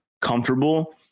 comfortable